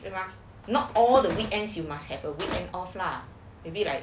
对 mah not all the weekends you must have a weekend of lah maybe like